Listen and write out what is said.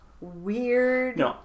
weird